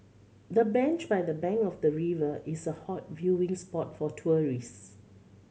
the bench by the bank of the river is a hot viewing spot for tourist